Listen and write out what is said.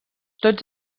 tots